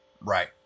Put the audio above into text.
right